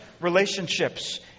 relationships